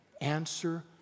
answer